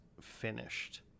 finished